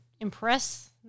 impress